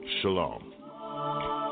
Shalom